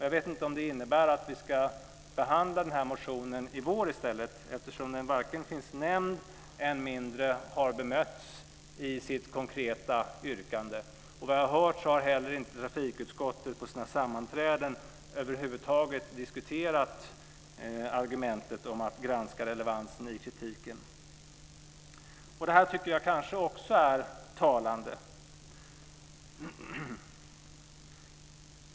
Jag vet inte om det innebär att vi ska behandla motionen i vår i stället, eftersom den inte finns nämnd och än mindre har bemötts i sitt konkreta yrkande. Vad jag har hört har heller inte trafikutskottet på sina sammanträden över huvud taget diskuterat argumentet för att granska relevansen i kritiken. Det här tycker jag kanske också är talande.